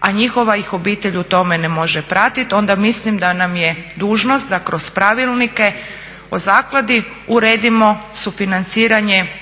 a njihova ih obitelj u tome ne može pratiti. Onda mislim da nam je dužnost da kroz pravilnike o zakladi uredimo sufinanciranje,